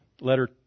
Letter